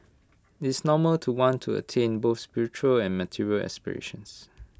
it's normal to want to attain both spiritual and material aspirations